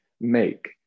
make